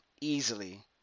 easily